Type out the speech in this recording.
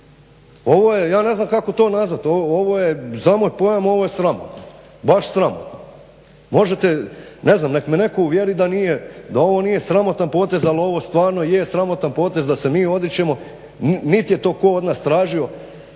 Ovo je, ja ne znam kako to nazvat, ovo je za moj pojam sramotno, baš sramotno. Nek me netko uvjeri da ovo nije sramotan potez, ali ovo stvarno je sramotan potez da se mi odričemo. Niti je to tko od nas tražio,